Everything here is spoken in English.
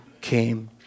came